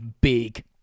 big